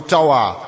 Tower